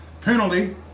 Penalty